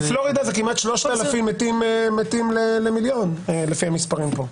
בפלורידה זה כמעט 3,000 מתים למיליון לפי המספרים פה.